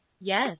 yes